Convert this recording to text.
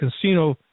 casino